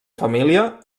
família